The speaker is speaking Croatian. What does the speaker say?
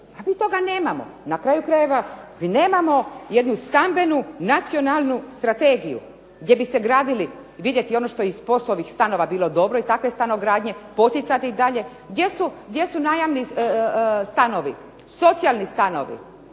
A mi toga nemamo. Na kraju krajeva mi nemamo jednu stambenu nacionalnu strategiju, gdje bi se gradili i vidjeti ono što je iz POS-ovih stanova bilo dobro i takve stanogradnje poticati dalje. Gdje su najamni stanovi, socijalni stanovi?